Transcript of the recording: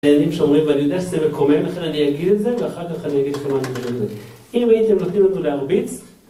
דיינים שאומרים ואני יודע שזה מקומם לכן אני אגיד את זה ואחר כך אני אגיד לכם מה אני מדבר על זה, אם הייתם רוצים אותו להרביץ